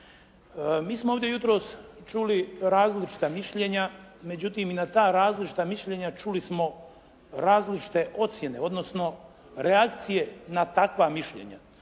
Mi smo ovdje jutros čuli različita mišljenja međutim i na ta različita mišljenja čuli smo različite ocjene odnosno reakcije na takva mišljenja.